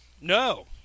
No